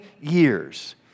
years